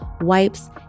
wipes